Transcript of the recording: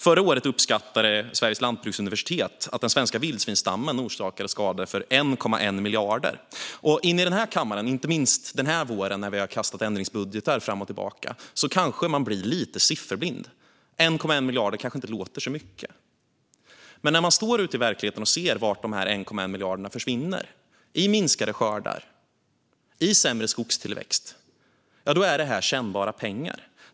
Förra året uppskattade Sveriges lantbruksuniversitet att den svenska vildsvinsstammen orsakade skador för 1,1 miljarder. Här i kammaren, inte minst den här våren när vi har kastat ändringsbudgetar fram och tillbaka, kanske man blir lite sifferblind. 1,1 miljarder kanske inte låter så mycket. Men när man står ute i verkligheten och ser vart dessa 1,1 miljarder försvinner, nämligen i minskade skördar och sämre skogstillväxt, är det kännbara pengar.